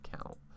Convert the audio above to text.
account